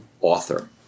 author